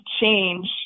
change